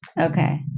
Okay